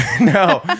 No